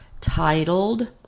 titled